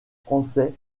français